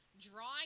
drawing